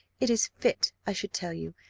it is fit i should tell you,